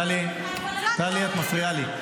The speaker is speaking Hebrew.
טלי, טלי, את מפריעה לי.